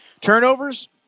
Turnovers